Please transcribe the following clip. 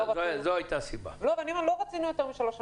לא רצינו יותר משלוש שנים.